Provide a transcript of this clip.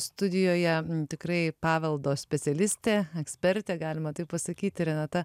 studijoje tikrai paveldo specialistė ekspertė galima taip pasakyti renata